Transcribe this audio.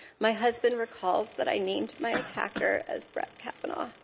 my husband recalls that i named my attacker as brett kavanaugh.